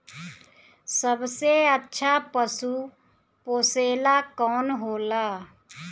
सबसे अच्छा पशु पोसेला कौन होला?